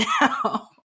now